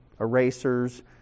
erasers